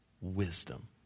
wisdom